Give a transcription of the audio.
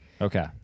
Okay